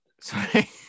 Sorry